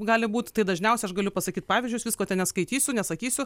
gal būt tai dažniausia aš galiu pasakyt pavyzdžius visko neskaitysiu nesakysiu